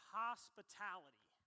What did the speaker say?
hospitality